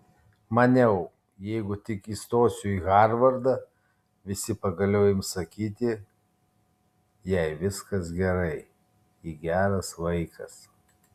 maniau jeigu tik įstosiu į harvardą visi pagaliau ims sakyti jai viskas gerai ji geras vaikas